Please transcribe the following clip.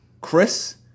Chris